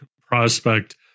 prospect